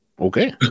Okay